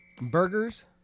Burgers